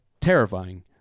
terrifying